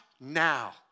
now